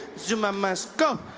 zuma must go!